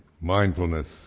mindfulness